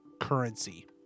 currency